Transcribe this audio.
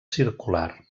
circular